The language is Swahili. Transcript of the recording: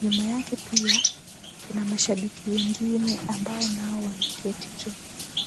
Nyuma yake pia kuna mashabiki wengine ambao nao wameketi tu.